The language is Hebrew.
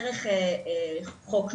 דרך חוק נוער,